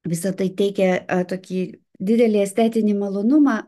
visa tai teikia tokį didelį estetinį malonumą